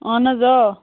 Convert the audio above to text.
اَہَن حظ آ